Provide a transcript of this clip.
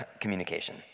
communication